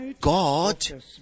God